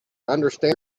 understand